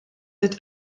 wird